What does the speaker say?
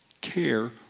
care